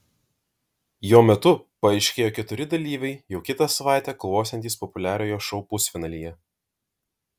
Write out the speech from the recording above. jo metu paaiškėjo keturi dalyviai jau kitą savaitę kovosiantys populiariojo šou pusfinalyje